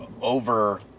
over